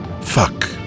Fuck